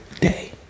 day